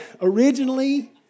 originally